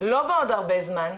לא בעוד הרבה זמן,